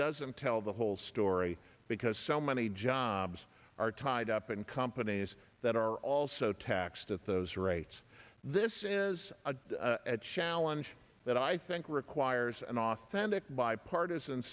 doesn't tell the whole story because so many jobs are tied up in companies that are also at those rates this is a challenge that i think requires an authentic bipartisan